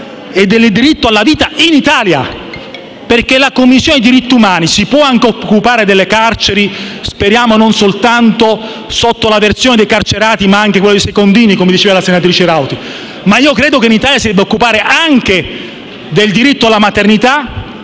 e del diritto alla vita in Italia. Perché la Commissione sui diritti umani può anche occuparsi delle carceri (speriamo non soltanto in relazione ai carcerati ma anche ai secondini, come diceva la senatrice Rauti), ma credo che in Italia tale Commissione debba occuparsi anche del diritto alla maternità,